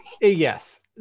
Yes